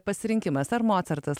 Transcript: pasirinkimas ar mocartas